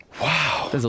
Wow